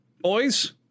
Boys